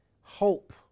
hope